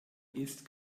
isst